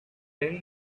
very